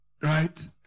right